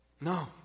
No